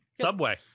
Subway